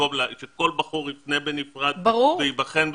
במקום שכל בחור יפנה בנפרד וייבחן בנפרד.